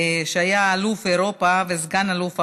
שהיה אלוף אירופה וסגן אלוף העולם,